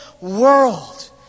world